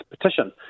petition